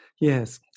yes